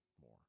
more